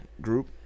group